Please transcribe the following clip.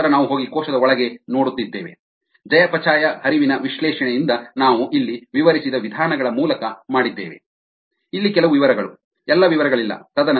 ತದನಂತರ ನಾವು ಹೋಗಿ ಕೋಶದ ಒಳಗೆ ನೋಡುತ್ತೇವೆ ಚಯಾಪಚಯ ಹರಿವಿನ ವಿಶ್ಲೇಷಣೆಯಿಂದ ನಾವು ಇಲ್ಲಿ ವಿವರಿಸಿದ ವಿಧಾನಗಳ ಮೂಲಕ ಮಾಡಿದ್ದೇವೆ ಇಲ್ಲಿ ಕೆಲವು ವಿವರಗಳು ಎಲ್ಲಾ ವಿವರಗಳಿಲ್ಲ